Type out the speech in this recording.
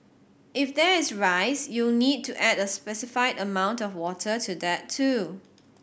if there is rice you'll need to add a specified amount of water to that too